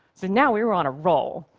so now we were on a roll.